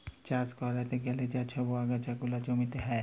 চাষ ক্যরতে গ্যালে যা ছব আগাছা গুলা জমিল্লে হ্যয়